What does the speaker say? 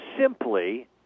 simply